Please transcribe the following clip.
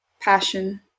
passion